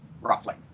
roughly